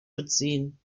beziehen